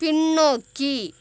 பின்னோக்கி